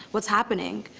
what's happening.